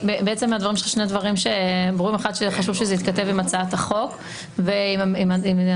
שני דברים מהדברים שלך שברור שחשוב שיתכתב עם הצעת החוק של המציעה,